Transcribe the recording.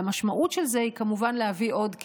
והמשמעות של זה היא כמובן להביא עוד כסף.